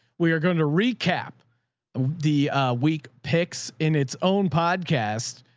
we are going to recap the week picks in its own podcast.